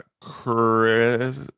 chris